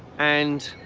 and